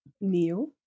Neil